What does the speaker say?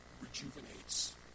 rejuvenates